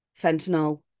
fentanyl